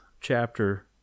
chapter